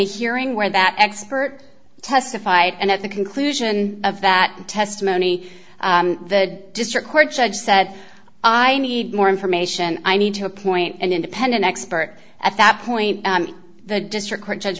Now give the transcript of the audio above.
hearing where that expert testified and at the conclusion of that testimony the district court judge said i need more information i need to appoint an independent expert at that point the district court judge